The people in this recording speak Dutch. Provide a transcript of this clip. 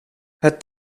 het